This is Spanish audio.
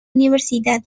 universidad